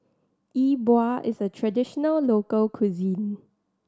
Yi Bua is a traditional local cuisine